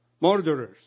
murderers